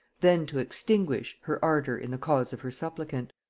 then to extinguish, her ardor in the cause of her supplicant.